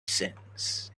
sense